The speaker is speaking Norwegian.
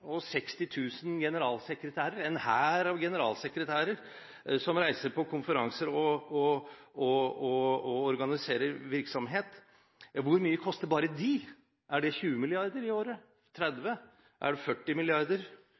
og 60 000 generalsekretærer har vi en hær av generalsekretærer som reiser på konferanser og organiserer virksomhet. Hvor mye koster bare de? Er det 20 mrd. kr i året? 30? Er det 40